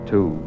Two